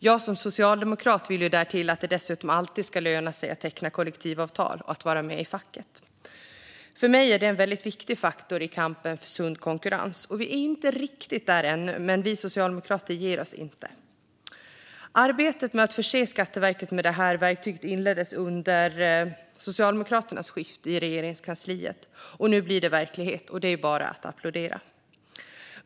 Jag som socialdemokrat vill därtill att det alltid ska löna sig att teckna kollektivavtal och att vara med i facket. För mig är det en väldigt viktig faktor i kampen för sund konkurrens. Vi är inte riktigt där än, men vi socialdemokrater ger oss inte. Arbetet med att förse Skatteverket med det här verktyget inleddes under Socialdemokraternas skift i Regeringskansliet. Nu blir det verklighet, och det är bara att applådera.